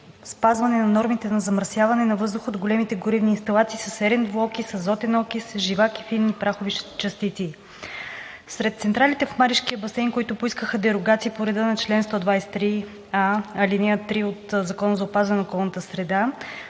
спазване на нормите на замърсяване на въздуха от големите горивни инсталации със серен двуокис, азотен окис, живак и фини прахови частици. Сред централите в Маришкия басейн, които поискаха дерогации по реда на чл. 123а, ал. 3 от Закона за опазване на околната среда,